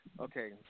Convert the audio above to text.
Okay